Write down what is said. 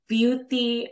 Beauty